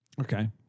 Okay